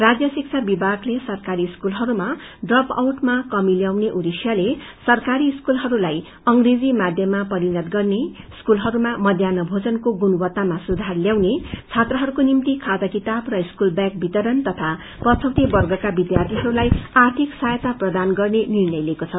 राज्य शिक्षा विमागले सरकारी स्कूलहरूमा ड्रप आउटमा कमि ल्याउने उद्वेश्यले सरकारी स्कूलहस्ताई अंग्रेजी माध्यममा बदलाउने स्कूलहरूमा मध्यान्न भोजनको गुणवत्तामा सुधार ल्याउने छात्रहरूको निभ्ति खाता किताब र स्कूल बैग वितरण तााि पछौटे वर्गका विष्यार्यीहरूलाई आर्थिक सहायता प्रदान गर्ने निर्णया लिएको छ